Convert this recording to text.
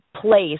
place